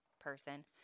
person